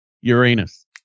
Uranus